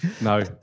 No